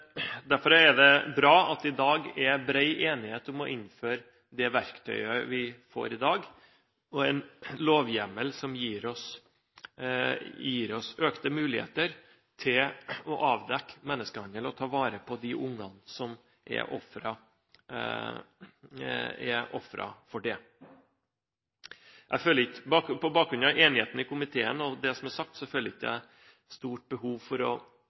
Derfor er det bra at det i dag er bred enighet om å innføre det verktøyet vi får i dag: en lovhjemmel som gir oss økte muligheter til å avdekke menneskehandel og ta vare på de ungene som er ofre for det. På bakgrunn av enigheten i komiteen og det som er sagt, føler jeg ikke stort behov for å